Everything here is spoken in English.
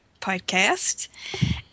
podcast